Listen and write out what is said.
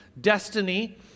destiny